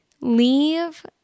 leave